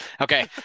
Okay